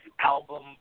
album